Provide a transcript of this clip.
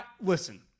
listen